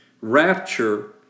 rapture